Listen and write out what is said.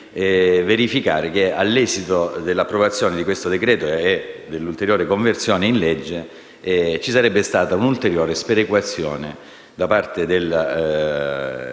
a verificare se, all'esito dell'approvazione del decreto e dell'ulteriore conversione in legge, ci sarà un'ulteriore sperequazione da parte del sistema